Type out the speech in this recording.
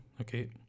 okay